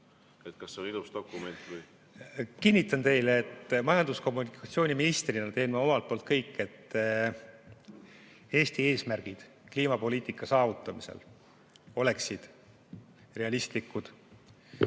kas see on ilus dokument või ... Kinnitan teile, et majandus- ja kommunikatsiooniministrina teen omalt poolt kõik, et Eesti eesmärgid kliimapoliitika saavutamisel oleksid realistlikud